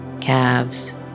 calves